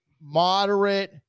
moderate